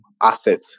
asset